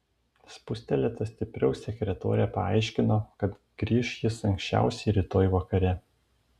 spustelėta stipriau sekretorė paaiškino kad grįš jis anksčiausiai rytoj vakare